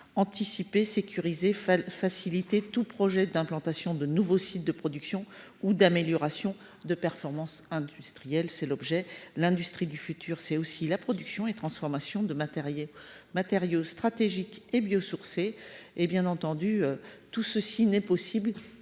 anticiper sécurisé faciliter tout projet d'implantation de nouveau site de production ou d'amélioration de performances industrielles, c'est l'objet l'industrie du futur, c'est aussi la production et transformation de matériaux matériaux stratégiques et bio-sourcés et bien entendu tout ceci n'est possible